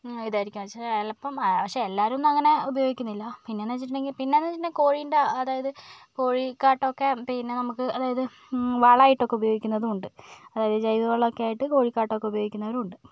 ഇതായിരിക്കും ചിലപ്പം പക്ഷെ എല്ലാവരുമൊന്നും അങ്ങനെ ഉപയോഗിക്കുന്നില്ല പിന്നെ എന്ന് വെച്ചിട്ടുണ്ടെങ്കില് പിന്നെ അത് കോഴിൻ്റെ അതായത് കോഴികാട്ടം ഒക്കെ പിന്നെ നമുക്ക് അതായത് വളമായിട്ട് ഒക്കെ ഉപയോഗിക്കുന്നതും ഉണ്ട് ജൈവ വളമൊക്കെ ആയിട്ട് കോഴിക്കാട്ടം ഒക്കെ ഉപയോഗിക്കുന്നവരും ഉണ്ട്